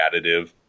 additive